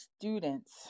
students